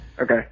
Okay